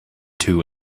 two